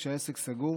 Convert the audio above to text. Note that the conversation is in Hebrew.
כשהעסק סגור.